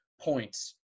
points